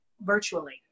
virtually